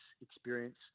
experience